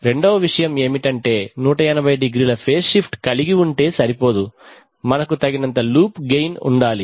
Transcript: రెండవ విషయం ఏమిటంటే 180˚ ఫేజ్ షిఫ్ట్ కలిగి ఉంటే సరిపోదు మనకు తగినంత లూప్ గెయిన్ ఉండాలి